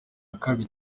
kabiri